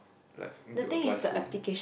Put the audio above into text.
like need to apply soon